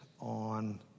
on